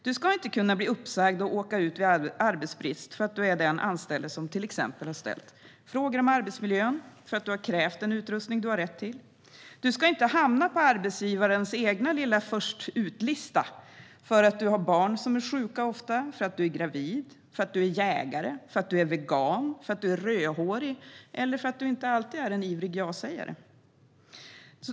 Du ska inte kunna bli uppsagd och åka ut vid arbetsbrist för att du är den anställde som ställt frågor om arbetsmiljön eller för att du kar krävt den utrustning du har rätt till. Du ska inte hamna på arbetsgivarens egen först-ut-lista för att du har barn som ofta är sjuka, för att du är gravid, för att du är jägare, vegan, rödhårig eller för att du inte alltid är en ivrig jasägare.